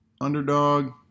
underdog